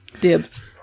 Dibs